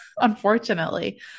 unfortunately